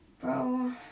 Bro